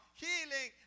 healing